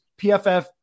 PFF